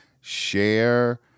share